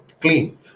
clean